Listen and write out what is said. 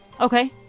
Okay